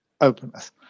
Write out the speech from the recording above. openness